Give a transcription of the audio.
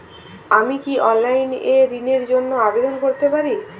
আমি কি অনলাইন এ ঋণ র জন্য আবেদন করতে পারি?